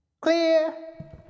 Clear